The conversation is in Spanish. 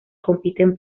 compiten